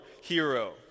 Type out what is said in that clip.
hero